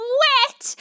wet